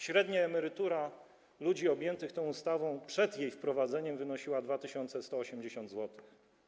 Średnia emerytura ludzi objętych tą ustawą przed jej wprowadzeniem wynosiła 2180 zł.